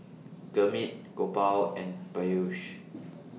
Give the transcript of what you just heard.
Gurmeet Gopal and Peyush